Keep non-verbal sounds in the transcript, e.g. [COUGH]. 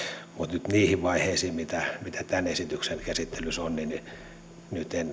mutta niihin vaiheisiin mitä [UNINTELLIGIBLE] mitä tämän esityksen käsittelyssä on [UNINTELLIGIBLE] nyt